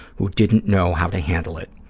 who didn't know how to handle it.